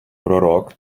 пророк